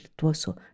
virtuoso